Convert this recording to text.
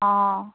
অঁ